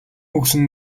өгсөн